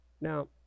Now